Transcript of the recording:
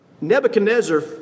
Nebuchadnezzar